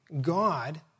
God